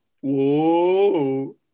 Whoa